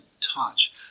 touch